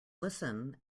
listen